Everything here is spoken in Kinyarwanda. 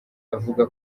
avuga